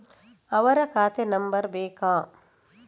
ಅವರ ಖಾತೆ ನಂಬರ್ ಬೇಕಾ?